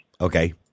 Okay